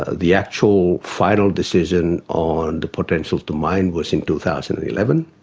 ah the actual final decision on the potential to mine was in two thousand and eleven.